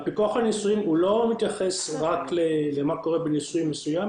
הפיקוח על הניסויים לא מתייחס רק למה קורה בניסוי מסוים,